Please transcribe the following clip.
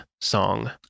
song